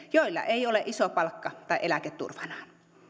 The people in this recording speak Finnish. joilla ei ole iso palkka tai eläke turvanaan